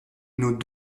nos